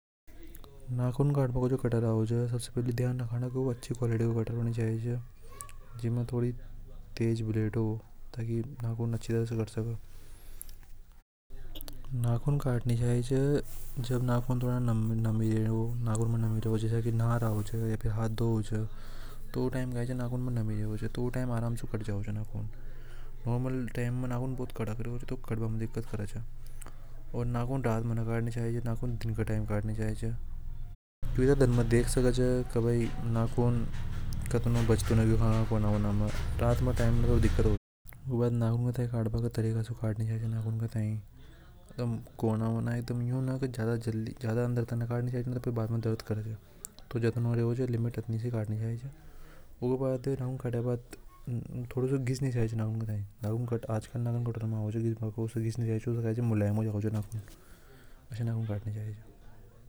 ﻿नाखून कार्ड को जो कटरा हो जाए सबसे पहले ध्यान रखना क्यों अच्छी क्वालिटी होनी चाहिए जी। मैं थोड़ी तेज बुलेट हो ताकि नागौरदिन का टाइम काटने चाहिए बाद में दर्द कर दिया लिमिट इतनी सी कहानी चाहिएतो।